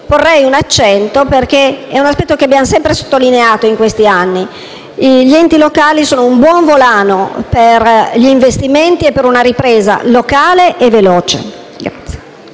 porre un accento, perché è un aspetto che è stato sempre sottolineato negli ultimi anni: gli enti locali sono un nuovo volano per gli investimenti e per una ripresa locale e veloce. L'altro